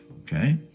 okay